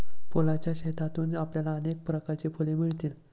फुलांच्या शेतातून आपल्याला अनेक प्रकारची फुले मिळतील